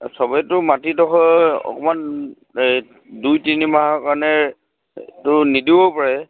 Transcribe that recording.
চবেইটো মাটিডোখৰ অকণমান এই দুই তিনি মাহৰ কাৰণে এইটো নিদিবও পাৰে